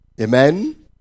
Amen